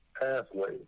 pathway